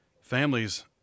families